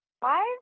five